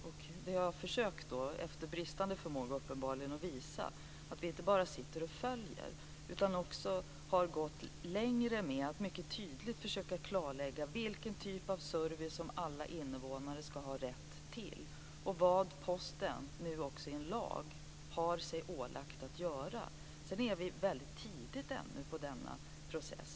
Och jag har försökt, uppenbarligen med bristande förmåga, att visa att vi inte bara sitter och följer frågan utan också har gått längre för att mycket tydligt försöka att klarlägga vilken typ av service som alla invånare ska ha rätt till och vad Posten, nu också i en lag, har sig ålagt att göra. Vi är ännu väldigt tidigt inne i denna process.